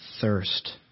thirst